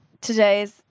today's